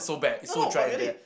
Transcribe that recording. no no but really